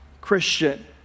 Christian